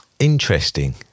Interesting